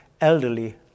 elderly